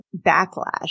backlash